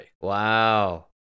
Wow